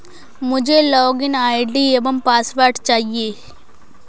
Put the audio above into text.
मुझें login ID एवं password चाहिए